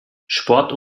sport